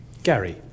Gary